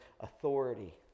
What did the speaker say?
authority